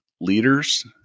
leaders